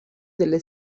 delle